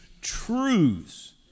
truths